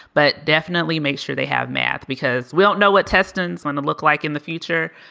but definitely make sure they have math because we don't know what tests and want to look like in the future.